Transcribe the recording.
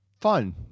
fun